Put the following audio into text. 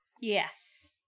Yes